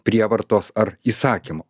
prievartos ar įsakymų